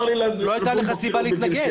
לא הייתה לך סיבה להתנגד.